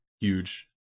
huge